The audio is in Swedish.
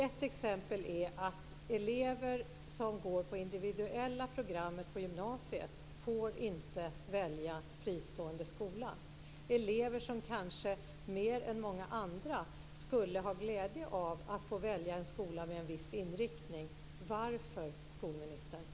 T.ex. får elever som går på individuella programmet på gymnasiet inte välja en fristående skola - elever som kanske mer än många andra skulle ha glädje av att få välja en skola med en viss inriktning. Varför, skolministern?